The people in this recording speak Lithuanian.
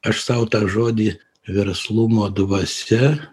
aš sau tą žodį verslumo dvasia